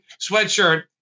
sweatshirt